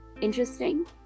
interesting